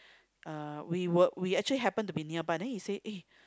uh we were we actually happen to be nearby then he say eh